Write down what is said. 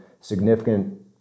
significant